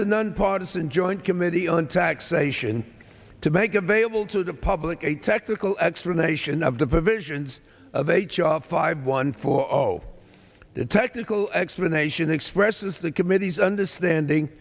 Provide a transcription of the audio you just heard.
the nonpartisan joint committee on taxation to make available to the public a technical explanation of the provisions of h r five one four zero the technical explanation expresses the committee's understanding